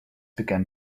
began